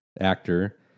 actor